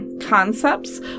concepts